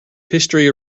history